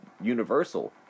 universal